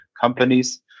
companies